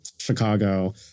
Chicago